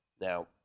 Now